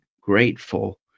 grateful